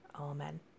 Amen